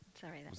Sorry